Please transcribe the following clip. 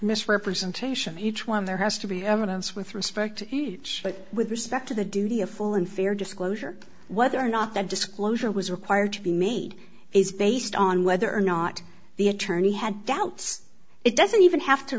misrepresentation each one there has to be evidence with respect but with respect to the duty of full and fair disclosure whether or not that disclosure was required to be made is based on whether or not the attorney had doubts it doesn't even have to